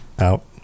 out